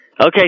Okay